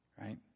Right